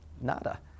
Nada